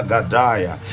Gadaya